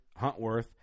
Huntworth